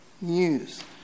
news